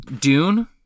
Dune